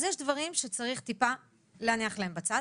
אז יש דברים שצריך טיפה להניח להם בצד.